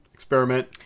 experiment